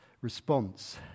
response